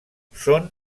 són